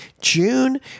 June